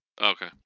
Okay